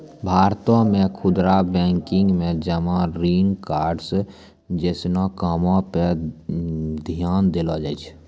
भारतो मे खुदरा बैंकिंग मे जमा ऋण कार्ड्स जैसनो कामो पे ध्यान देलो जाय छै